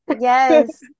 yes